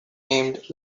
named